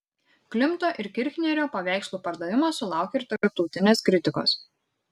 klimto ir kirchnerio paveikslų pardavimas sulaukė ir tarptautinės kritikos